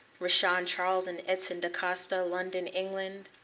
rashan charles and edson da costa, london, england.